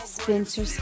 Spencer